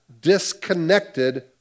disconnected